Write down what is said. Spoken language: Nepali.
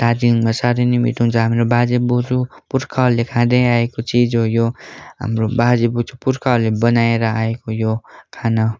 दार्जिलिङमा साह्रै नै मिठो हुन्छ हाम्रो बाजे बोजू पुर्खाले खाँदै आएको चिज हो यो हाम्रो बाजे बोजू पुर्खाहरूले बनाएर आएको यो खाना